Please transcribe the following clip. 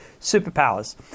superpowers